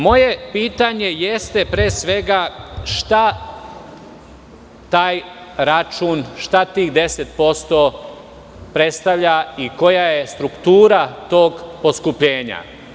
Moje pitanje jeste pre svega šta tih 10% predstavlja i koja je struktura tog poskupljenja?